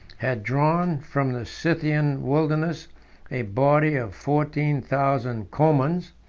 had drawn from the scythian wilderness a body of fourteen thousand comans,